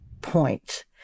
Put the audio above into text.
point